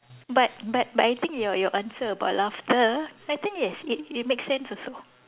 but but but I think your your answer about laughter I think yes it it makes sense also